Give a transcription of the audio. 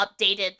updated